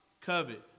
covet